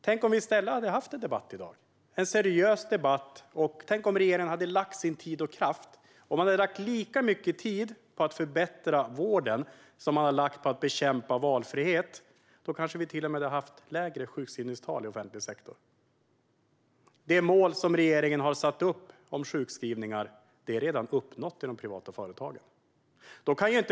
Tänk om vi i stället hade haft en seriös debatt i dag, tänk om regeringen hade lagt lika mycket tid och kraft på att förbättra vården som på att bekämpa valfrihet, då kanske vi till och med hade haft lägre sjukskrivningstal i offentlig sektor. Det mål som regeringen har satt upp om sjukskrivningar har redan uppnåtts i de privata företagen.